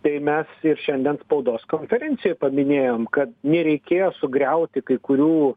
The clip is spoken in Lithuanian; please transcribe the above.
tai mes ir šiandien spaudos konferencijoj paminėjom kad nereikėjo sugriauti kai kurių